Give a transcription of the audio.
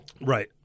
Right